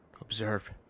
observe